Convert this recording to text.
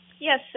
Yes